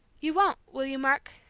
you won't will you, mark?